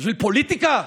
בשביל פוליטיקה?